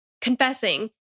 confessing